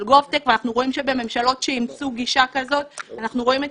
gov.tech ובממשלות שאימצו גישה כזאת אנחנו רואים את